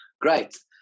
Great